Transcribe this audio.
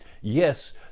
Yes